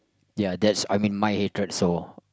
ya that's I mean my hatred so